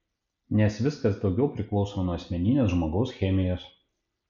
nes viskas daugiau priklauso nuo asmeninės žmogau chemijos